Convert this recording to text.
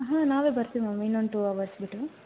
ಹಾಂ ನಾವೇ ಬರ್ತೀವಿ ಮ್ಯಾಮ್ ಇನ್ನೊಂದು ಟು ಅವರ್ಸ್ ಬಿಟ್ಟು